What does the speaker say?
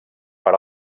per